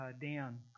Dan